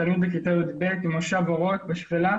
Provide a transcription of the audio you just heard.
תלמיד כיתה י"ב ממושב אורות בשפלה,